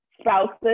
spouses